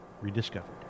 rediscovered